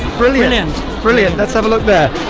brilliant. and brilliant, let's have a look there.